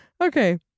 Okay